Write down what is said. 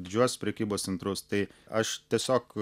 didžiuosius prekybos centrus tai aš tiesiog